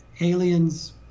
aliens